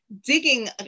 digging